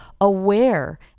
aware